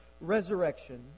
resurrection